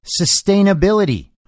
sustainability